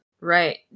Right